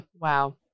Wow